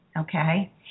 Okay